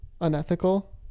unethical